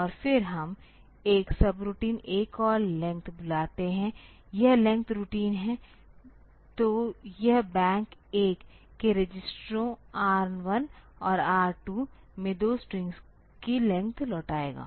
और फिर हम एक सबरूटीन ACALL लेंथ बुलाते है यह लेंथ रूटीन है तो यह बैंक 1 के रजिस्टरों R 1 और R 2 में 2 स्ट्रिंग्स की लेंथ लौटाएगा